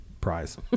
prize